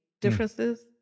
differences